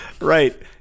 Right